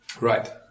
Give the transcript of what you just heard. Right